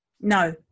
no